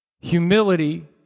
Humility